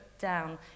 Down